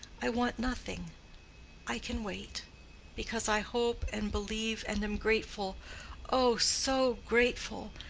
i want nothing i can wait because i hope and believe and am grateful oh, so grateful!